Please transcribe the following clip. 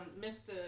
Mr